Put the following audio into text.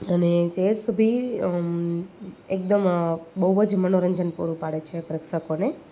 અને ચેસ બી એકદમ બહુ જ મનોરંજન પૂરું પાડે છે પ્રેક્ષકોને